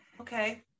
Okay